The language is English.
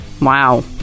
Wow